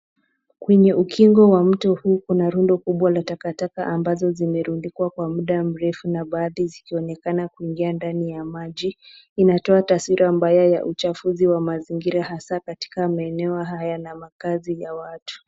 Kwenye ukingo wa mto huu kuna rundo kubwa la takataka ambazo zimerundikwa kwa muda mrefu na baadhi zikionekana kuingia ndani ya maji. Inatoa taswira mbaya ya uchafuzi wa mazingira hasa katika maeneo haya makazi na ya watu.